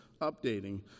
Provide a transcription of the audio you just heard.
updating